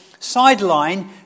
sidelined